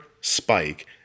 spike